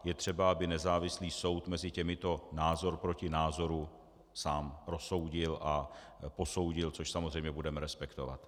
Je třeba, aby nezávislý soud mezi těmito názor proti názoru sám rozsoudil a posoudil, což samozřejmě budeme respektovat.